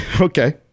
Okay